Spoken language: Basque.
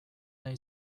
nahi